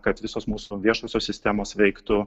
kad visos mūsų viešosios sistemos veiktų